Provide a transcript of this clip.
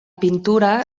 pintura